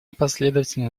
последовательно